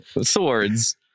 swords